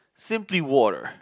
simply water